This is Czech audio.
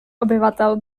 obyvatel